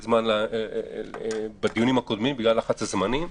זמן בדיונים הקודמים בגלל הלחץ בלוח הזמנים.